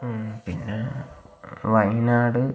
പിന്ന വയനാട്